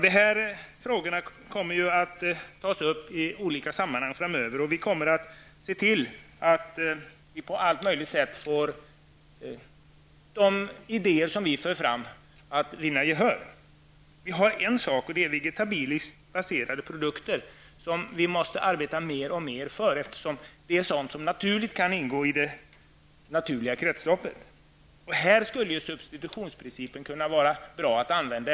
De här frågorna kommer att tas upp i olika sammanhang framöver, och vi kommer att se till att vi på allt möjligt sätt får gehör för de idéer som vi för fram. Vegetabiliskt baserade produkter måste vi t.ex. arbeta mer och mer för, eftersom de naturligt kan ingå i det naturliga kretsloppet. Här skulle substitutionsprincipen vara bra att använda.